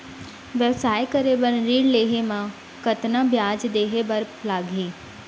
व्यवसाय करे बर ऋण लेहे म कतना ब्याज देहे बर लागही?